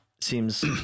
seems